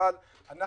אבל אתה